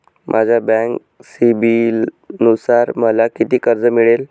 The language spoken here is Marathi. माझ्या बँक सिबिलनुसार मला किती कर्ज मिळेल?